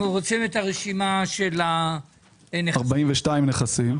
אנחנו רוצים את הרשימה של 42 נכסים.